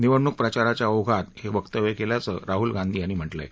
निवडणूक प्रचाराच्या ओघात हे वक्तव्य केल्याचं राहूल गांधी यांनी म्हटलंय